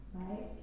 right